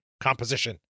composition